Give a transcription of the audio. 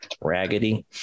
raggedy